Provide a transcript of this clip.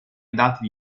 dati